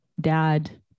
dad